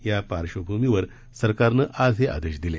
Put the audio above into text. या पार्श्वभूमीवर सरकारनं आज हे आदेश दिले